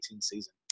season